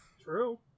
True